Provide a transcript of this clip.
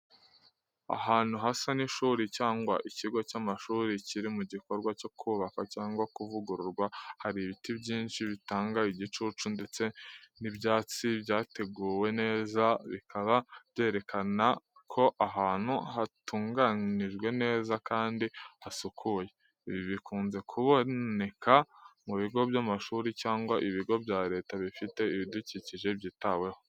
Ahantu hasa n’ishuri cyangwa ikigo cy'amashuri kiri mu gikorwa cyo kubakwa cyangwa kuvugururwa. Hari ibiti byinshi bitanga igicucu ndetse n'ibyatsi byateguwe neza bikaba byerekana ko ahantu hatunganijwe neza kandi hasukuye. Ibi bikunze kuboneka mu bigo by’amashuri cyangwa ibigo bya leta bifite ibidukikije byitaweho.